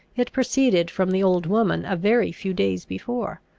it proceeded from the old woman a very few days before.